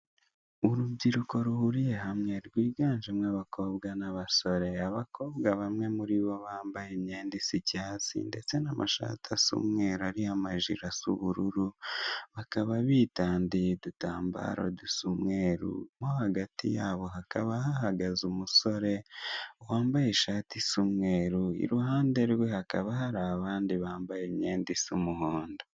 Ni urubyiruko ruhuriye hamwe rwiganjemo abakobwa n' abasore. Abakobwa bamwe muri bo bambaye icyatsi ndetse n' amashati asa umweru ariho amajiri asa ubururu bakaba bitandiye udutambaro dusa umweru, mo hagati yabo hakaba hahagaze umusore wambaye ishati isa umweru iruhande rwe hakaba hari abandi bambaye imyenda isa umuhondo.